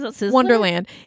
wonderland